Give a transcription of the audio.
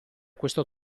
questo